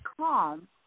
calm